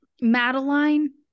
Madeline